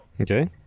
Okay